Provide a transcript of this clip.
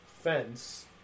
fence